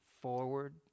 forward